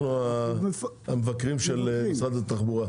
המבקרים של משרד התחבורה.